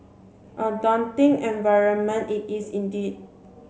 a daunting environment it is indeed